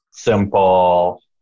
Simple